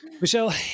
Michelle